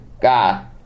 God